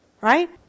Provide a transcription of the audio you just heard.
Right